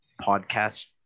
podcast